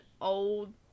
old